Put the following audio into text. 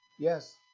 Yes